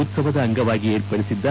ಉತ್ಸವದ ಅಂಗವಾಗಿ ಏರ್ಪಡಿಸಿದ್ದ